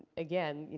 again,